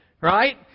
right